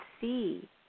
see